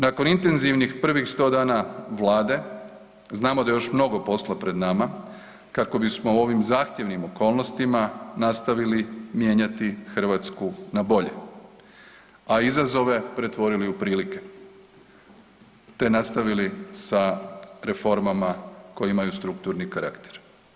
Nakon intenzivnih prvih 100 dana Vlade znamo da je još mnogo posla pred nama kako bismo u ovim zahtjevnim okolnostima nastavili mijenjati Hrvatsku na bolje, a izazove pretvorili u prilike te nastavili sa reformama koje imaju strukturni karakter.